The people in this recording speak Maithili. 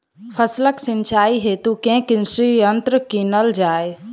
फसलक सिंचाई हेतु केँ कृषि यंत्र कीनल जाए?